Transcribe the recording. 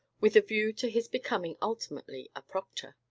with a view to his becoming ultimately a proctor.